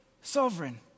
sovereign